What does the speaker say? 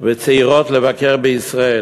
וצעירות לבקר בישראל.